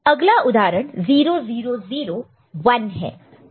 तो अगला उदाहरण 0 0 0 1 है